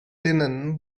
linen